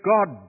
God